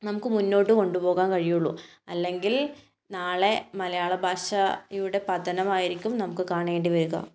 നമുക്ക് മുന്നോട്ട് കൊണ്ടു പോകാൻ കഴിയുകയുള്ളൂ അല്ലെങ്കിൽ നാളെ മലയാള ഭാഷയുടെ പതനം ആയിരിക്കും നമുക്ക് കാണേണ്ടി വരിക